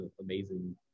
amazing